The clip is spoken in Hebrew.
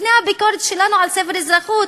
לפני הביקורת שלנו על ספר האזרחות,